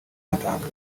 batanga